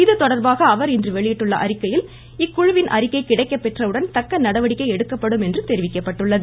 இதுதொடா்பாக அவர் இன்று வெளியிட்டுள்ள அறிக்கையில் இக்குழுவின் அறிக்கை கிடைக்கப்பெற்றவுடன் தக்க நடவடிக்கை எடுக்கப்படும் என்றார்